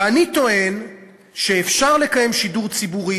ואני טוען שאפשר לקיים שידור ציבורי